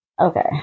Okay